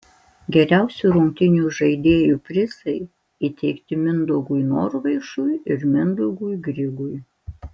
geriausių rungtynių žaidėjų prizai įteikti mindaugui norvaišui ir mindaugui grigui